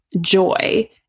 joy